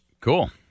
Cool